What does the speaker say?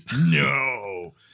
No